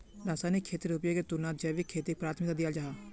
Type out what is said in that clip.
रासायनिक खेतीर उपयोगेर तुलनात जैविक खेतीक प्राथमिकता दियाल जाहा